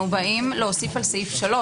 אנחנו באים להוסיף על סעיף 3,